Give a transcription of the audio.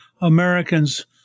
Americans